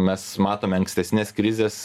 mes matome ankstesnes krizes